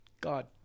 God